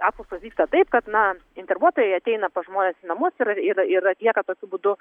apklausos vyksta taip kad na darbuotojai ateina pas žmones į namus ir ir ir atlieka tokiu būdu